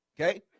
Okay